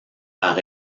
par